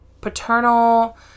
paternal